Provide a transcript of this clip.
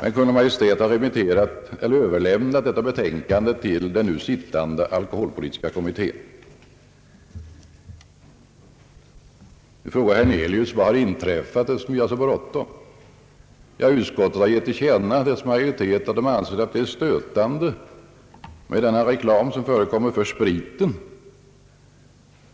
men Kungl. Maj:t har överlämnat betänkandet till den nu sittande alkoholpolitiska kommittén. Nu frågar herr Hernelius: Vad har inträffat eftersom vi har så bråttom? Jo, utskottets majoritet har gett till känna att den anser det stötande med denna reklam för spriten.